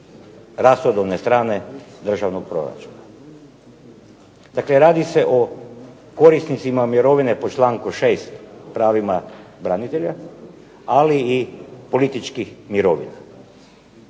rashodovne strane državnog proračuna. Dakle, radi se o korisnicima mirovine po članku 6. pravima branitelja, ali i političkih mirovina.